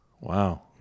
Wow